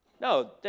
No